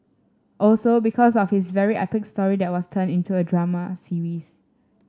also because of his very epic story there was turned into a drama series